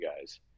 guys